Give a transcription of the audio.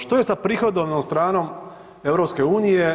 Što je sa prihodovnom stranom EU?